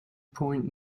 point